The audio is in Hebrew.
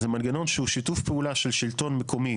זה מנגנון שהוא שיתוף פעולה של שלטון מקומי